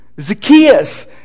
Zacchaeus